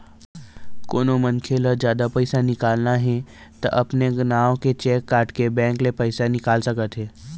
कोनो मनखे ल जादा पइसा निकालना हे त अपने नांव के चेक काटके बेंक ले पइसा निकाल सकत हे